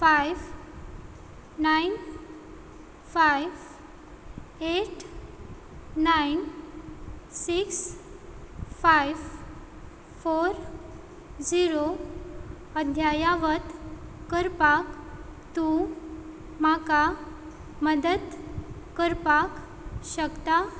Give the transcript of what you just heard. five nine five eight nine six five four zero अध्यायावत करपाक तूं म्हाका मदत करपाक शकता